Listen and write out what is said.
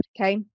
okay